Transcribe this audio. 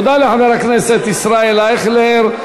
תודה לחבר הכנסת ישראל אייכלר.